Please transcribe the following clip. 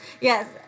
Yes